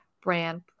brand